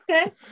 Okay